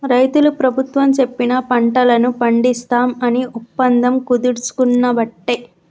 రైతులు ప్రభుత్వం చెప్పిన పంటలను పండిస్తాం అని ఒప్పందం కుదుర్చుకునబట్టే